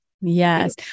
Yes